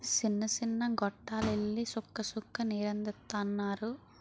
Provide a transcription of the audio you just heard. సిన్న సిన్న గొట్టాల్లెల్లి సుక్క సుక్క నీరందిత్తన్నారు